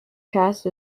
cast